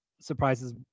surprises